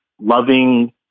loving